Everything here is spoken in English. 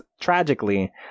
tragically